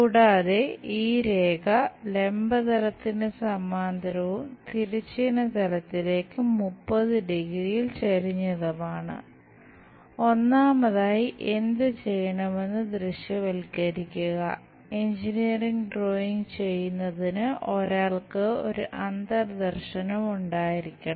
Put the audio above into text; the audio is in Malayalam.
കൂടാതെ ഈ രേഖ ലംബ തലത്തിന് സമാന്തരവും തിരശ്ചീന തലത്തിലേക്ക് 30 ഡിഗ്രിയിൽ ചെയ്യുന്നതിന് ഒരാൾക്ക് ആ അന്തർദർശനം ഉണ്ടായിരിക്കണം